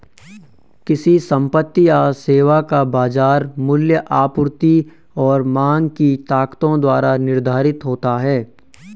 किसी संपत्ति या सेवा का बाजार मूल्य आपूर्ति और मांग की ताकतों द्वारा निर्धारित होता है